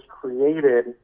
created